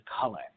color